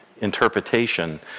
interpretation